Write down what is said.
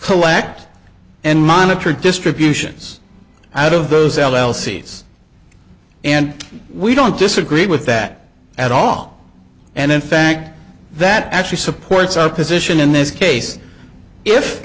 collect and monitor distributions out of those l l c and we don't disagree with that at all and in fact that actually supports our position in this case if